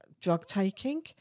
drug-taking